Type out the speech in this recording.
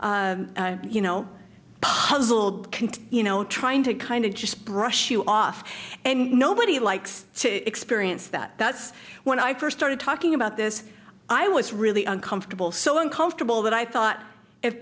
e you know puzzled contain you know trying to kind of just brush you off and nobody likes to experience that that's when i first started talking about this i was really uncomfortable so uncomfortable that i thought if